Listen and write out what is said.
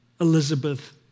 Elizabeth